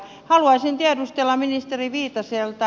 haluaisin tiedustella ministeri viitaselta